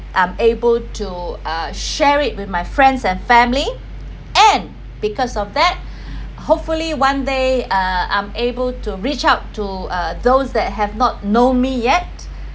I'm able to uh share it with my friends and family and because of that hopefully one day uh I'm able to reach out to uh those that have not know me yet